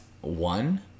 one